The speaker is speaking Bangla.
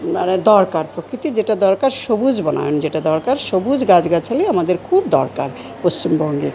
মানে দরকার প্রকৃতি যেটা দরকার সবুজ বনায়ন যেটা দরকার সবুজ গাছগাছালি আমাদের খুব দরকার পশ্চিমবঙ্গে